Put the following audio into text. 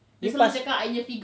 you pass